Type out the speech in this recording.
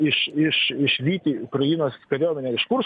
iš iš išvyti ukrainos kariuomenę iš kursko